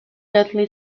dudley